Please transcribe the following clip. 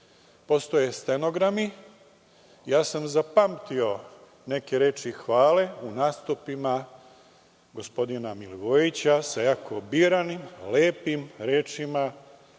Postoje stenogrami, ja sam zapamtio neke reči hvale u nastupima gospodina Milivojevića, sa jako biranim, lepim rečima,